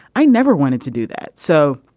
i never wanted to do that. so.